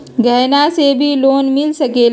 गहना से भी लोने मिल सकेला?